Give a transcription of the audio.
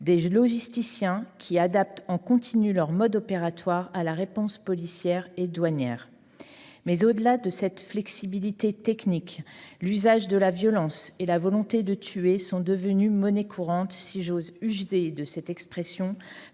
des logisticiens qui adaptent en continu leur mode opératoire à la réponse policière et douanière. Mais au-delà de cette flexibilité technique, l'usage de la violence et la volonté de tuer sont devenus monnaie courante si j'ose user de cette expression